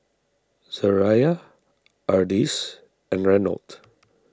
Zariah Ardyce and Reynold